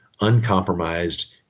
uncompromised